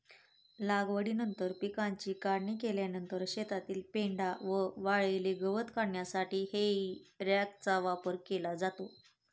लागवडीनंतर पिकाची काढणी केल्यानंतर शेतातील पेंढा व वाळलेले गवत काढण्यासाठी हेई रॅकचा वापर केला जातो